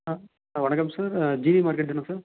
ஆ sir வணக்கம் sir ஆ G V market தானே சார்